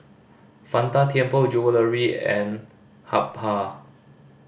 Fanta Tianpo Jewellery and Habhal